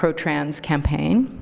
pro-trans campaign,